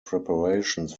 preparations